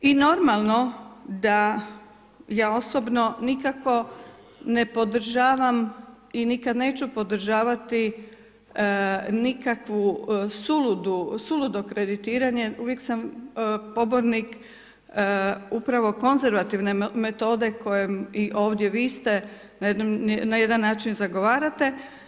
I normalno da ja osobno nikako ne podržavam i nikada neću podržavati nikakvu suludo kreditiranje, uvijek sam pobornik upravo konzervativne metode, koje i ovdje, vi ste na jedan način zagovarate.